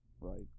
Right